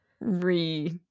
re